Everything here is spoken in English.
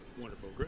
Wonderful